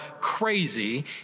crazy